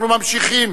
אנחנו ממשיכים.